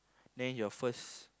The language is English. then your first